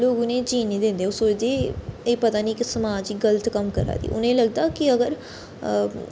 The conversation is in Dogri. लोग उ'नेंगी जीन नेईं दिंदे लोग सोचदे एह् पता निं केह् समाज गी गल्त कम्म करा दी उ'नेंगी लगदा कि अगर